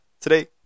today